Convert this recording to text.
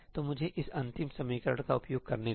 तो मुझे इस अंतिम समीकरण का उपयोग करने दें